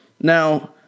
Now